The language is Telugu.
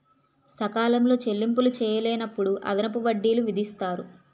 సకాలంలో చెల్లింపులు చేయలేనప్పుడు అదనపు వడ్డీలు విధిస్తారు